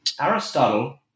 Aristotle